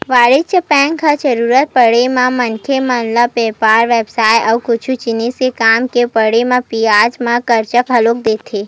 वाणिज्य बेंक ह जरुरत पड़त म मनखे मन ल बेपार बेवसाय अउ कुछु जिनिस के काम के पड़त म बियाज म करजा घलोक देथे